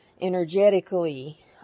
energetically